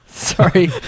Sorry